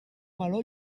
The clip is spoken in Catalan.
meló